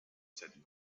said